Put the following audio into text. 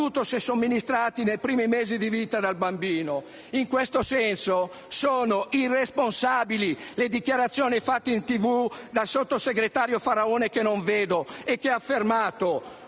se somministrati nei primi mesi di vita del bambino! In questo senso sono irresponsabili le dichiarazioni rese in televisione dal sottosegretario Faraone - che non vedo - che ha affermato: